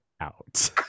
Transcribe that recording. out